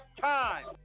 time